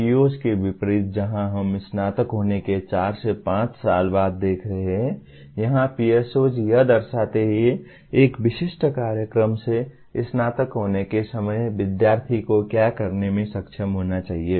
PEOs के विपरीत जहां हम स्नातक होने के चार से पांच साल बाद देख रहे हैं यहां PSOs यह दर्शाते हैं कि एक विशिष्ट कार्यक्रम से स्नातक होने के समय विद्यार्थी को क्या करने में सक्षम होना चाहिए